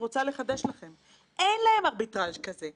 האחד לא שולב בהמלצות הוועדה והשני הוכנס,